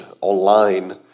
online